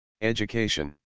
Education